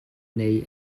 neu